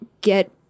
get